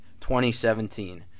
2017